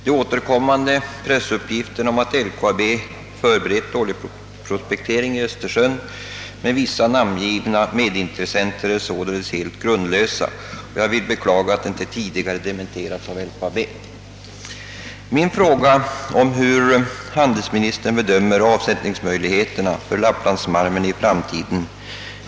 De återkommande pressuppgifterna att LKAB förberett oljeprospektering i Östersjön med vissa namngivna medintressenter är således helt grundlösa. Jag beklagar att de uppgifterna inte tidigare har dementerats av LKAB. Sedan vill jag gärna ge bakgrunden till min fråga hur handelsministern bedömer <avsättningsmöjligheterna för lapplandsmalmen i framtiden.